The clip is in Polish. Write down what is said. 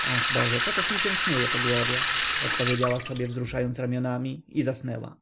ach boże co też mi się snuje po głowie odpowiedziała sobie wzruszając ramionami i zasnęła